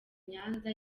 nyanza